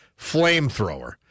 flamethrower